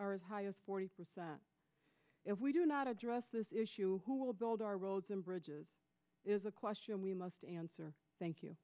are as high as forty percent if we do not address this issue who will build our roads and bridges is a question we must answer thank you